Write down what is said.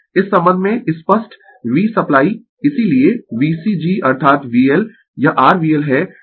इस संबंध में स्पष्ट v सप्लाई इसीलिये VC g अथवा VL यह r VL है